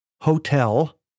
hotel